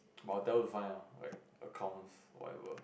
but I will tell her to find ah like accounts whatever